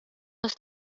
los